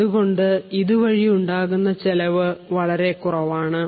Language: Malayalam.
അതുകൊണ്ട് ഇതുവഴി ഉണ്ടാകുന്ന ചെലവ് വളരെ കുറവാണ്